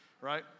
right